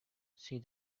see